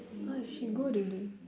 !oi! she go already